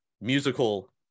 musical